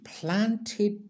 planted